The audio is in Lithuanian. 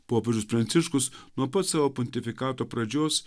popiežius pranciškus nuo pat savo pontifikato pradžios